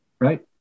right